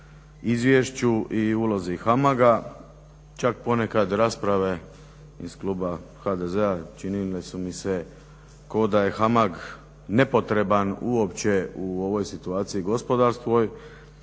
izvješću i ulozi HAMAG-a, čak ponekad rasprave iz kluba HDZ-a činile su mi se kao da je HAMAG nepotreban uopće u ovoj situaciji gospodarskoj